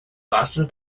boston